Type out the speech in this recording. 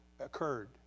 occurred